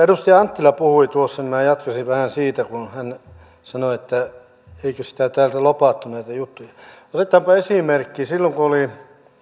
edustaja anttila puhui tuossa ja minä jatkaisin vähän siitä kun hän sanoi että eikös täältä täältä lobattu näitä juttuja otetaanpa esimerkki silloin kun oli